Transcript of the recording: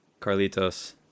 Carlitos